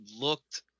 looked